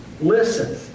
Listen